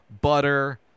butter